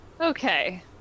Okay